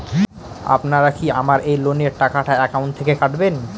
আপনারা কি আমার এই লোনের টাকাটা একাউন্ট থেকে কাটবেন?